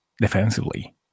defensively